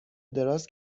دراز